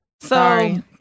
sorry